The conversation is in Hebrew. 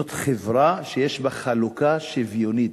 זאת חברה שיש בה חלוקה שוויונית,